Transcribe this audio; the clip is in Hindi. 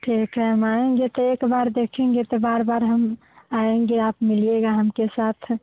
ठीक है हम आएंगे तो एक बार देखेंगे तो बार बार हम आएंगे आप मिलिएगा हमके साथ